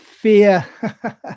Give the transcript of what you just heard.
fear